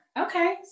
Okay